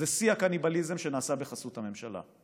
זה שיא הקניבליזם שנעשה בחסות הממשלה.